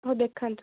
ହଁ ଦେଖାନ୍ତୁ